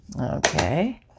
Okay